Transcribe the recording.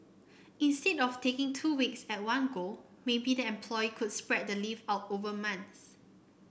instead of taking two weeks at one go maybe the employee could spread the leave out over months